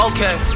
Okay